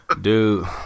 Dude